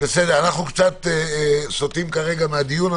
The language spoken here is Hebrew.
אנחנו סוטים מהדיון.